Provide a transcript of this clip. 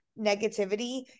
negativity